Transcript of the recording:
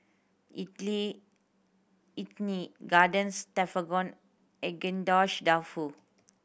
Idili Idili Garden Stroganoff Agedashi Dofu